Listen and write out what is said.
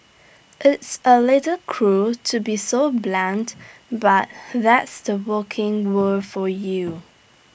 it's A little cruel to be so blunt but that's the working world for you